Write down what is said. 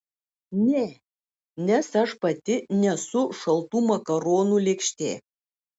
ne nes aš pati nesu šaltų makaronų lėkštė